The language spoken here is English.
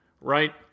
right